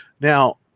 Now